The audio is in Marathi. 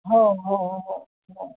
हो हो हो हो